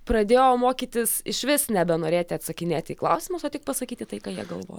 pradėjo mokytis išvis nebenorėti atsakinėti į klausimus o tik pasakyti tai ką jie galvo